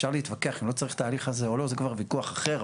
אפשר להתווכח אם לא צריך את ההליך הזה או לא - זה כבר ויכוח אחר.